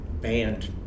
banned